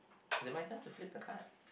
is it my turn to flip the card